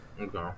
Okay